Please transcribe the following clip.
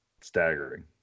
staggering